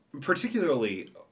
particularly